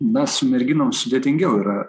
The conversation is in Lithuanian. na su merginom sudėtingiau yra